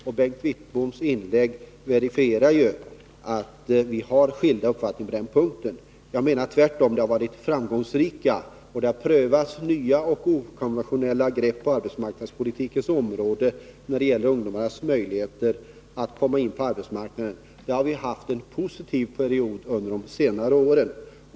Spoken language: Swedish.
Och Bengt Wittboms inlägg verifierar ju att vi har skilda uppfattningar. Jag menar tvärtom att åtgärderna har varit framgångsrika. Det har prövats nya och okonventionella grepp på arbetsmarknadspolitikens område när det särskilt gäller ungdomarnas möjligheter att komma in på arbetsmarknaden. Där har vi haft en positiv period under de senare åren.